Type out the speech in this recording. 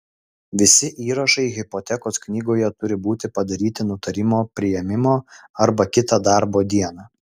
visi įrašai hipotekos knygoje turi būti padaryti nutarimo priėmimo arba kitą darbo dieną